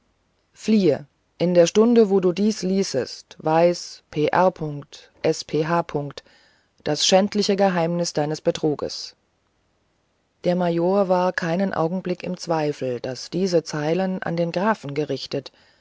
fliehe in der stunde wo du dieses liesest weiß pr sph das schändliche geheimnis deines betrugs der major war keinen augenblick im zweifel daß diese zeilen an den grafen gerichtet